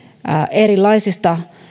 erilaisista